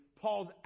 Paul's